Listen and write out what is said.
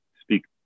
speak